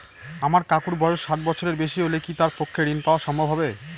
আমার কাকুর বয়স ষাট বছরের বেশি হলে কি তার পক্ষে ঋণ পাওয়া সম্ভব হবে?